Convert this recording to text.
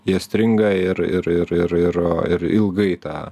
jie stringa ir ir ir ir ir ilgai tą